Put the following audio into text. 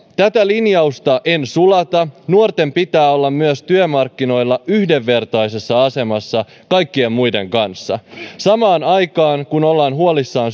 tätä linjausta en sulata nuorten pitää olla myös työmarkkinoilla yhdenvertaisessa asemassa kaikkien muiden kanssa samaan aikaan kun ollaan huolissaan